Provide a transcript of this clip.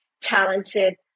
talented